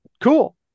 Cool